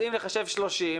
אז אם ניחשב 30,